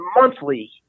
monthly